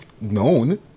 known